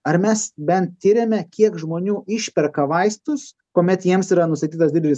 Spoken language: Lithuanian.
ar mes bent tiriame kiek žmonių išperka vaistus kuomet jiems yra nustatytas didelis